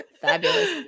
Fabulous